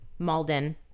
Malden